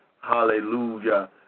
Hallelujah